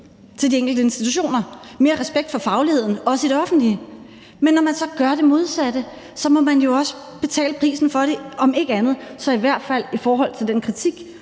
til de enkelte institutioner, mere respekt for fagligheden, også i det offentlige. Men når man så gør det modsatte, må man jo også betale prisen for det, om ikke andet så i hvert fald i forhold til den kritik,